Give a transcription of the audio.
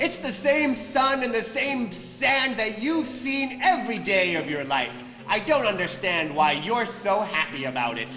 it's the same sun in the same sand that you've seen every day of your life i don't understand why you're so happy about it